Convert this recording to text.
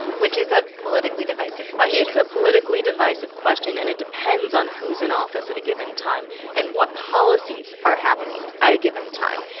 which is a politically divisive question it's a politically divisive question. and it depends on who's in office at a given time and what policies are happening at a given time.